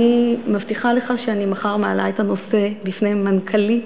אני מבטיחה לך שאני מחר מעלה את הנושא בפני מנכ"לי,